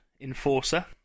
Enforcer